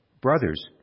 Brothers